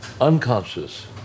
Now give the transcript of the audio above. unconscious